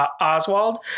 Oswald